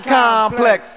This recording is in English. complex